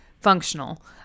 functional